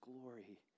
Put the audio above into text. glory